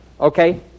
Okay